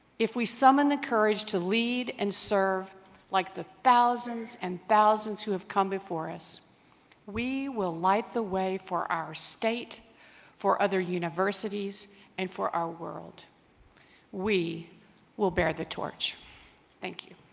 if we summon the courage to lead and serve like the thousands and thousands who have come before us we will light the way for our state for other universities and for our world we will bear the torch thank you